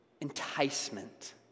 enticement